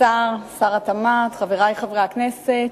שר התמ"ת, חברי חברי הכנסת,